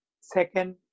Second